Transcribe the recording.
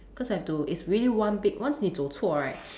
cause I have to it's really one big once 你走错 right